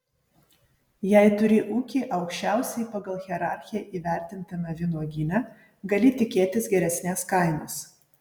jei turi ūkį aukščiausiai pagal hierarchiją įvertintame vynuogyne gali tikėtis geresnės kainos